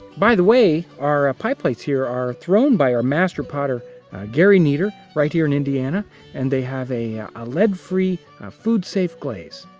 by the way, our ah pie plates here are thrown by our master potter gary nieter right here in indiana and they have a ah lead free food safe glaze.